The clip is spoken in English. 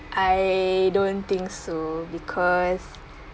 I don't think so because